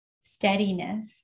steadiness